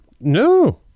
No